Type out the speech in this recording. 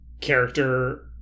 character